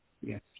Yes